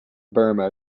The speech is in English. burma